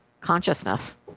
consciousness